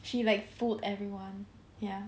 she like fooled everyone ya